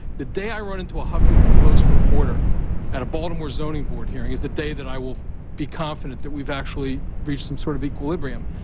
the day i run into a huffington post reporter at a baltimore zoning board hearing is the day that i will be confident that we've actually reached some sort of equilibrium.